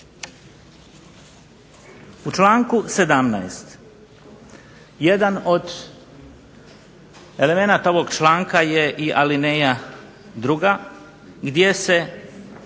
U članku 17. jedan od elemenata ovog članka je i alineja druga, gdje se